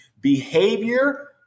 Behavior